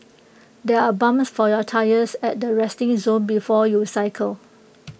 there are pumps for your tyres at the resting zone before you cycle